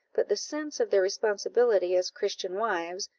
but the sense of their responsibility as christian wives,